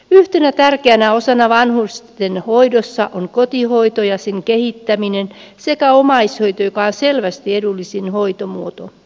yhtenä tärkeänä osana vanhustenhoidossa on kotihoito ja sen kehittäminen sekä omaishoito joka on selvästi edullisin hoitomuoto